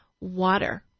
water